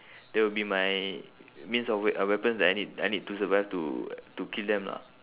that will be my means of wea~ ah weapons that I need I need to survive to to kill them lah